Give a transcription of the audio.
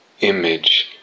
image